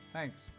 Thanks